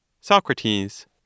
Socrates